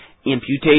Imputation